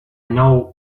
know